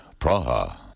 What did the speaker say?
Praha